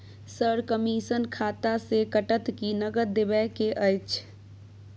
Sir, commission खाता से कटत कि नगद देबै के अएछ?